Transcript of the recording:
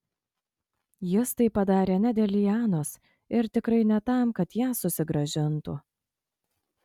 jis tai padarė ne dėl lianos ir tikrai ne tam kad ją susigrąžintų